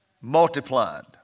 multiplied